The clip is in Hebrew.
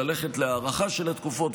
ללכת להארכה של התקופות,